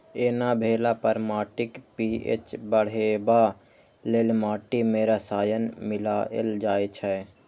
एना भेला पर माटिक पी.एच बढ़ेबा लेल माटि मे रसायन मिलाएल जाइ छै